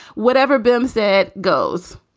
whatever booms it goes